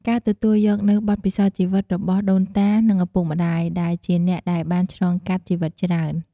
ការទទួលយកនូវបទពិសោធន៍ជីវិតរបស់ដូនតា និងឪពុកម្តាយ ដែលជាអ្នកដែលបានឆ្លងកាត់ជីវិតច្រើន។